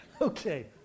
Okay